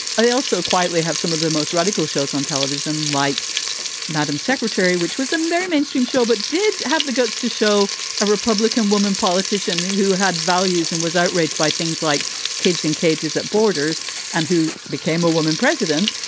i also quietly have some of the most radical shows on television, like madam secretary, which was a very mainstream show, but did have the guts to show a republican woman politician who had values and was outraged by things like kids in cages at borders and who became a woman president.